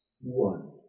One